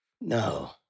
No